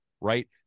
Right